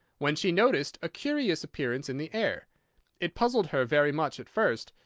when she noticed a curious appearance in the air it puzzled her very much at first,